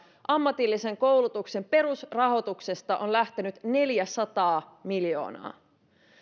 ammatillisen koulutuksen perusrahoituksesta on lähtenyt neljäsataa miljoonaa